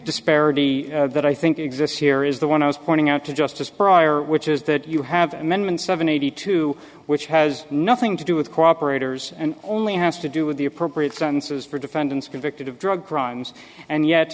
disparity that i think exists here is the one i was pointing out to justice prior which is that you have amendment seven eighty two which has nothing to do with cooperators and only has to do with the appropriate sentences for defendants convicted of drug crimes and yet